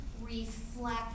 reflect